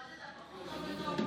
עבדת פחות טוב בתור נורבגי?